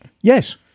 Yes